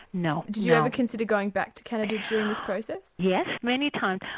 no. did you ever consider going back to canada during this process? yes, many times.